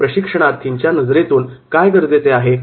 मग प्रशिक्षणार्थींच्या नजरेतून काय गरजेचे आहे